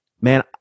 man